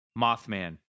Mothman